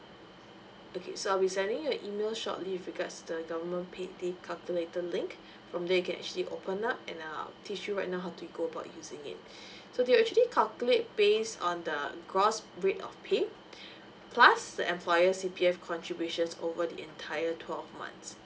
okay so I'll be sending you an email shortly with regards to the government paid leave calculator link from there you can actually open up and then I'll teach you right now how to go about using it so they will actually calculate based on the gross rate of pay plus the employers' C_P_F contributions over the entire twelve months